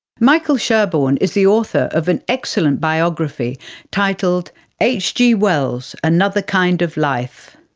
michael sherborne is the author of an excellent biography titled hg wells another kind of life.